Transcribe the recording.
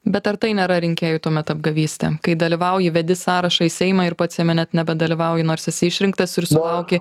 bet ar tai nėra rinkėjų tuomet apgavystė kai dalyvauji vedi sąrašą į seimą ir pats jame net nebedalyvauji nors esi išrinktas ir sulauki